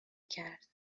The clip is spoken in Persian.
کرد